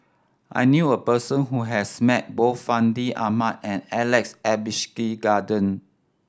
I knew a person who has met both Fandi Ahmad and Alex Abisheganaden